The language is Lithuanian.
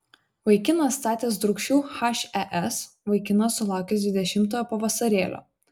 vaikinas statęs drūkšių hes vaikinas sulaukęs dvidešimtojo pavasarėlio